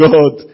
God